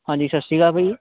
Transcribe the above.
ਹਾਂਜੀ ਸਤਿ ਸ਼੍ਰੀ ਅਕਾਲ ਬਾਈ